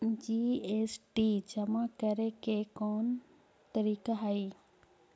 GST जमा करे के कौन तरीका हई